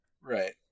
right